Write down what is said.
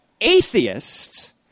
atheists